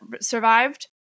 survived